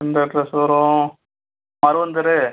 எந்த அட்ரெஸ் வரும் மருவன்தெரு